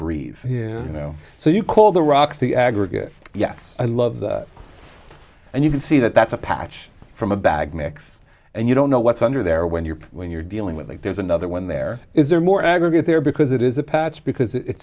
breeze you know so you call the rock the aggregate yes i love that and you can see that that's a patch from a bag mix and you don't know what's under there when you're when you're dealing with there's another when there is there more aggregate there because it is a patch because it